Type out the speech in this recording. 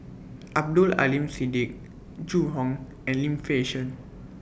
Abdul Aleem Siddique Zhu Hong and Lim Fei Shen